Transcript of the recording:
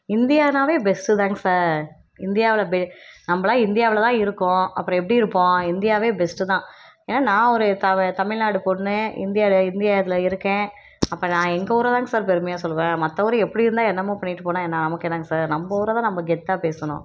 இந்தியாவுன்னாவே best தாங்க sir இந்தியாவில் பெ நம்மளாம் இந்தியாவில் தான் இருக்கோம் அப்புறம் எப்படி இருப்போம் இந்தியாவே பெஸ்ட்டு தான் ஏன்னா நான் ஒரு தவ தமிழ்நாடு பொண்ணு இந்தியாவில இந்தியா இதில் இருக்கேன் அப்போ நான் எங்கள் ஊரை தாங்க சார் பெருமையாக சொல்லுவேன் மற்ற ஊர் எப்படி இருந்தால் என்னமோ பண்ணிட்டுப் போனால் என்ன நமக்கு என்னங்க சார் நம்ம ஊரை தான் நம்ம கெத்தாக பேசணும்